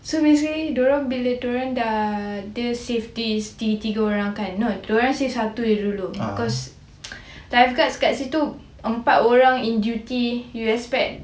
so basically diorang bila diorang dah save this tiga orang kan no diorang save satu aje dahulu because lifeguards kat situ empat orang in duty